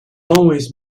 always